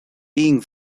being